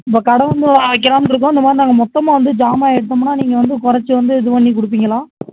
இப்போ கடை வந்து வைக்கலாம்ட்டிருக்கோம் இந்த மாதிரி நாங்கள் மொத்தமாக வந்து ஜாமான் எடுத்தோம்னால் நீங்கள் வந்து குறைச்சு வந்து இது பண்ணி கொடுப்பீங்களா